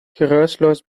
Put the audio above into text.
geruisloos